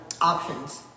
options